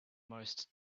most